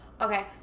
Okay